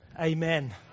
Amen